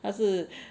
他是